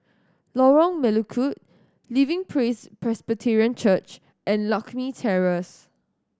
Lorong Melukut Living Praise Presbyterian Church and Lakme Terrace